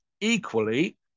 Equally